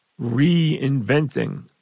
reinventing